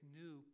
new